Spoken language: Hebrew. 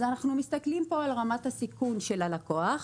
אז אנחנו מסתכלים פה על רמת הסיכון של הלקוח,